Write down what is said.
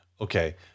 Okay